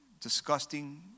disgusting